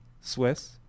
Swiss